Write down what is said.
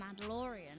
Mandalorian